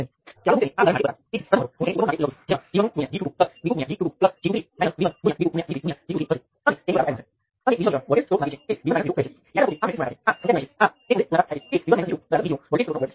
તમે એ પણ જોશો કે આ કેસ વોલ્ટેજ નિયંત્રિત કરંટ સ્ત્રોત જેવો જ છે સિવાય કે તમારે અજ્ઞાત કરંટ Ix ને દૂર કરવા માટે વધારાનું સ્ટેપ લેવું પડશે